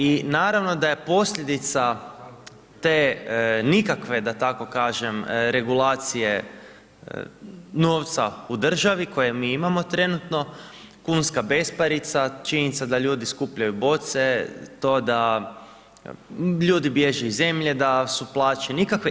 I naravno da je posljedica te nikakve da tako kažem regulacije novca u državi koju mi imamo trenutno kunska besparica, činjenica da ljudi skupljaju boce, to da ljudi bježe iz zemlje, da su plaće nikakve.